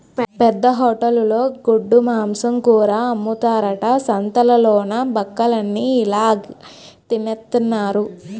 పెద్ద హోటలులో గొడ్డుమాంసం కూర అమ్ముతారట సంతాలలోన బక్కలన్ని ఇలాగె తినెత్తన్నారు